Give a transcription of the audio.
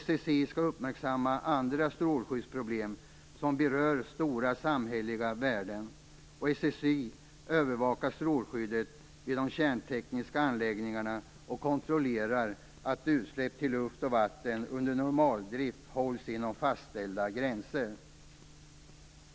SSI skall uppmärksamma andra strålskyddsproblem som berör stora samhälleliga värden. SSI övervakar strålskyddet vid de kärntekniska anläggningarna och kontrollerar att utsläpp till luft och vatten under normaldrift hålls inom fastställda gränser.